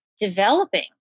developing